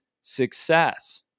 success